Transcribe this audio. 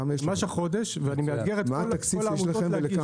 אני מאתגר את כל העמותות האלה.